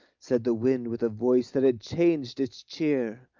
said the wind with a voice that had changed its cheer,